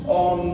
on